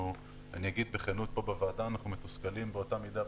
אני אומר פה בכנות בוועדה שאנחנו מתוסכלים באותה מידה,